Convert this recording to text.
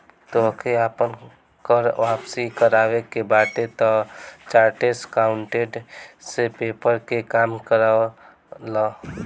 तोहके आपन कर वापसी करवावे के बाटे तअ चार्टेड अकाउंटेंट से पेपर के काम करवा लअ